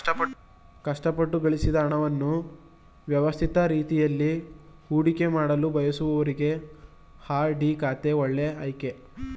ಕಷ್ಟಪಟ್ಟು ಗಳಿಸಿದ ಹಣವನ್ನು ವ್ಯವಸ್ಥಿತ ರೀತಿಯಲ್ಲಿ ಹೂಡಿಕೆಮಾಡಲು ಬಯಸುವವರಿಗೆ ಆರ್.ಡಿ ಖಾತೆ ಒಳ್ಳೆ ಆಯ್ಕೆ